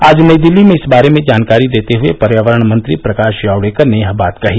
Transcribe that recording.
आज नई दिल्ली में इस बारे में जानकारी देते हुए पर्यावरण मंत्री प्रकाश जावड़ेकर ने यह बात कही